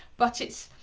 but it's.